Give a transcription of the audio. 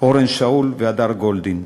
אורון שאול והדר גולדין.